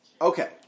Okay